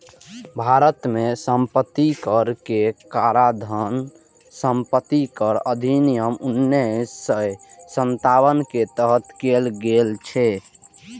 भारत मे संपत्ति कर के काराधान संपत्ति कर अधिनियम उन्नैस सय सत्तावन के तहत कैल गेल छै